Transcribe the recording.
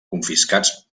confiscats